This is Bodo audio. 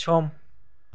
सम